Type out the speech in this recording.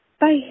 bye